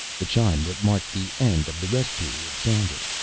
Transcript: the chime that marked the end of the rest period sounded.